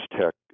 Tech